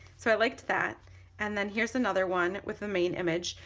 so i liked that and then here's another one with the main image,